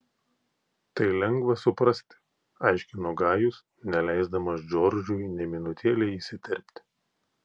tai lengva suprasti aiškino gajus neleisdamas džordžui nė minutėlei įsiterpti